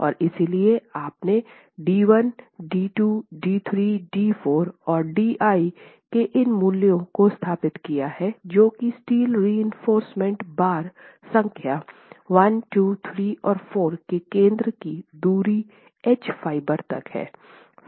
और इसलिए आपने d i d 1 d 2 d 3 और d 4 के इन मूल्यों को स्थापित किया है जो कि स्टील रिइंफोर्समेन्ट बार संख्या 1 2 3 और 4 के केंद्र की दूरी एज फाइबर तक हैं